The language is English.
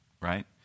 Right